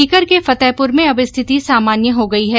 सीकर के फतेहपुर में अब स्थिति सामान्य हो गई है